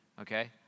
Okay